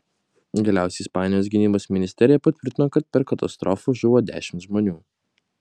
galiausiai ispanijos gynybos ministerija patvirtino kad per katastrofą žuvo dešimt žmonių